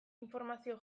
informazio